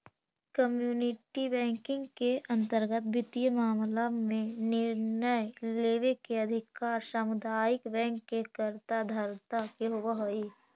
community banking के अंतर्गत वित्तीय मामला में निर्णय लेवे के अधिकार सामुदायिक बैंक के कर्ता धर्ता के होवऽ हइ